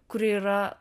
kuri yra